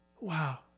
Wow